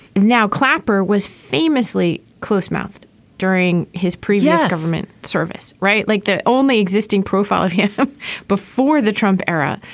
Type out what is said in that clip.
now clapper was famously close mouthed during his previous government service. right. like the only existing profile of him before the trump era.